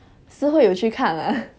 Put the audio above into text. si hui 有去看 ah